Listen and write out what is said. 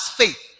faith